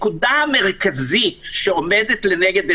ההגדרה של חולה קשה היא שיש הבחנה של קורונה